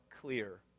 clear